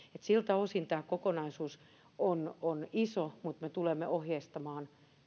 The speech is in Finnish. siltä osin tämä kokonaisuus on on iso mutta me tulemme ohjeistamaan